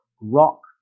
rock